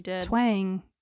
twang